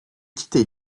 quitter